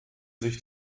sich